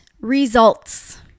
results